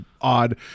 odd